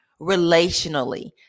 relationally